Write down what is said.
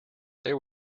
there